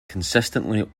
consistently